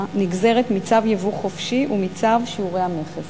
נגזרת מצו יבוא חופשי ומצו שיעורי המכס.